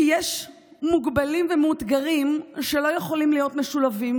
כי יש מוגבלים ומאותגרים שלא יכולים להיות משולבים,